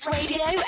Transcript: radio